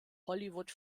hollywood